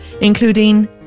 including